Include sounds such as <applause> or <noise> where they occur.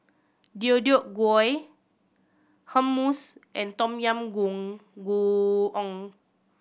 Deodeok Gui Hummus and Tom Yam <unintelligible> Goong